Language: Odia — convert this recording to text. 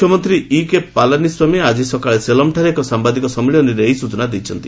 ମୁଖ୍ୟମନ୍ତ୍ରୀ ଇକେ ପାଲାନିସ୍ୱାମୀ ଆଜି ସଲେମ୍ଠାରେ ଏକ ସାମ୍ଭାଦିକ ସମ୍ମିଳନୀରେ ଏହି ସୂଚନା ଦେଇଛନ୍ତି